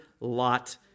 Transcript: Lot